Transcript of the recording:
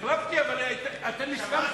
החלפתי, אבל אתם הסכמתם.